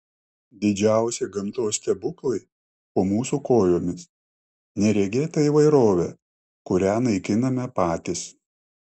didžiausi gamtos stebuklai po mūsų kojomis neregėta įvairovė kurią naikiname patys